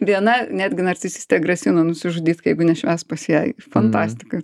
viena netgi narcisistė grasino nusižudyt jeigu nešvęs pas ją fantastika